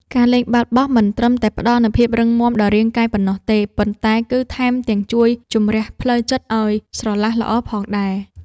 ការលេងបាល់បោះមិនត្រឹមតែផ្ដល់នូវភាពរឹងមាំដល់រាងកាយប៉ុណ្ណោះទេ ប៉ុន្តែគឺថែមទាំងជួយជម្រះផ្លូវចិត្តឱ្យស្រឡះល្អផងដែរ។